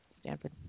Stanford